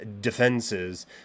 defenses